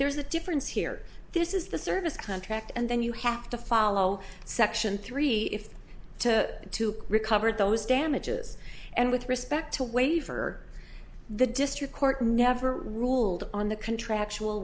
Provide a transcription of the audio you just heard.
there's a difference here this is the service contract and then you have to follow section three if to to recover those damages and with respect to waiver the district court never ruled on the contractual